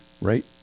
right